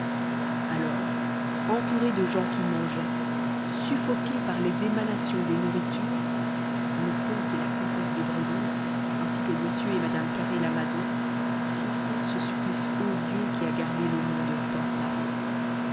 alors entourés de gens qui mangeaient suffoqués par les émanations des nourritures le comte et la comtesse de bréville ainsi que m et mme carré lamadon souffrirent ce supplice odieux qui a gardé le nom de tantale